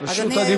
הכנסת,